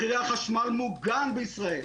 מחירי החשמל מוגן בישראל,